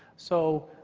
so